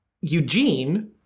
Eugene